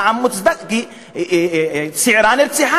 זעם מוצדק כי צעירה נרצחה,